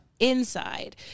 inside